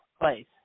place